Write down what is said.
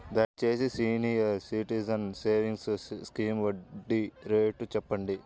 దయచేసి senior citizens savings scheme వడ్డీ rate చెప్పండి